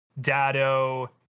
Dado